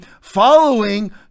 following